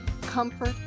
comfort